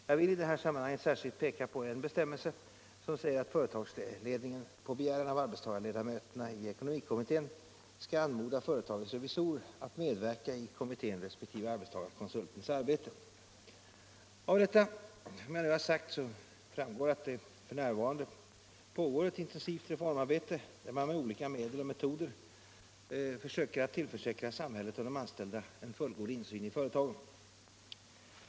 Jag vill i detta sammanhang särskilt peka på en bestämmelse som säger att företagsledningen på begäran av arbetstagarledamöterna i ekonomikommittén skall anmoda företagets revisorer att medverka i kommittén resp. arbetstagarkonsultens arbete. Av vad jag här anfört framgår att det f. n. pågår ett intensivt reformarbete där men med olika medel och metoder söker tillförsäkra samhället och de anställda en fullgod insyn i företagen.